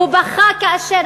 הוא בכה כאשר,